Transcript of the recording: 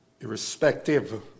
Irrespective